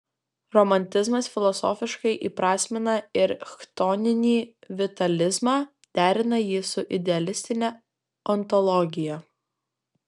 romantizmas filosofiškai įprasmina ir chtoninį vitalizmą derina jį su idealistine ontologija